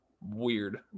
weird